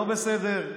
לא בסדר.